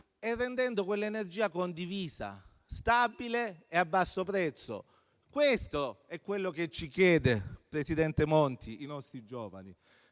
e rendendo quell'energia condivisa, stabile e a basso prezzo. Questo è quello che ci chiedono i nostri giovani,